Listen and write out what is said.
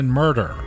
murder